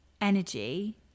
energy